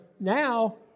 Now